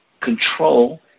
control